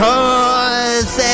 Cause